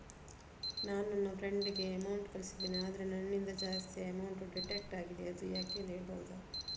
ನಾನು ನನ್ನ ಫ್ರೆಂಡ್ ಗೆ ಅಮೌಂಟ್ ಕಳ್ಸಿದ್ದೇನೆ ಆದ್ರೆ ನನ್ನಿಂದ ಜಾಸ್ತಿ ಅಮೌಂಟ್ ಡಿಡಕ್ಟ್ ಆಗಿದೆ ಅದು ಯಾಕೆಂದು ಹೇಳ್ಬಹುದಾ?